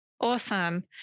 Awesome